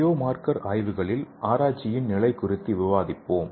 biomarker ஆய்வுகளில் ஆராய்ச்சியின் நிலை குறித்து விவாதிப்போம்